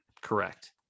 Correct